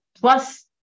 plus